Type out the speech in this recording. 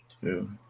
two